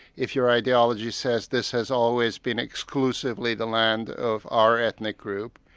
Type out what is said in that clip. if your ideology says this has always been exclusively the land of our ethnic group,